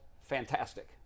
fantastic